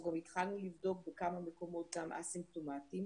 התחלנו לבדוק גם בכמה מקומות אסימפטומטיים.